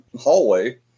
hallway